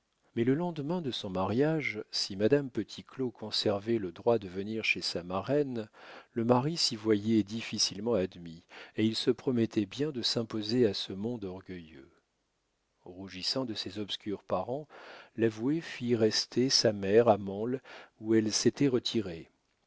mais le lendemain de son mariage si madame petit claud conservait le droit de venir chez sa marraine le mari s'y voyait difficilement admis et il se promettait bien de s'imposer à ce monde orgueilleux rougissant de ses obscurs parents l'avoué fit rester sa mère à mansle où elle s'était retirée